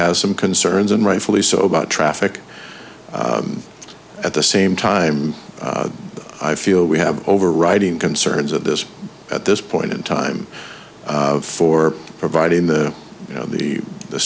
has some concerns and rightfully so about traffic at the same time i feel we have overriding concerns of this at this point in time for providing the you know the